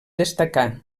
destacar